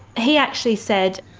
he actually said,